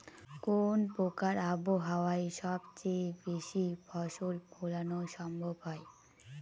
কোন প্রকার আবহাওয়ায় সবচেয়ে বেশি ফসল ফলানো সম্ভব হয়?